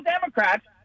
Democrats